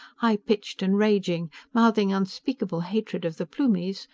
high-pitched and raging, mouthing unspeakable hatred of the plumies,